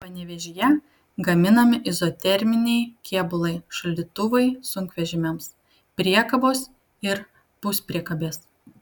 panevėžyje gaminami izoterminiai kėbulai šaldytuvai sunkvežimiams priekabos ir puspriekabės